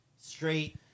straight